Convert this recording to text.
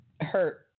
hurt